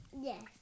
Yes